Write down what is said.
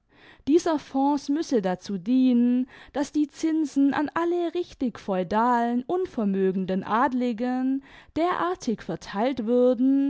dieser fonds müsse dazu dienen daß die zinsen an alle richtig feudalen imvermögcnden adligen derartig verteilt würden